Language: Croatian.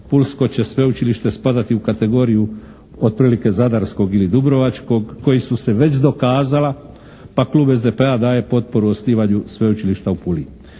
pulsko će sveučilište spadati u kategoriju otprilike zadarskog ili dubrovačkog koja su se već dokazala pa Klub SDP-a daje potporu osnivanju sveučilišta u Puli.